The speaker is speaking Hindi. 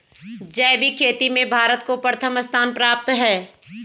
जैविक खेती में भारत को प्रथम स्थान प्राप्त है